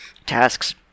tasks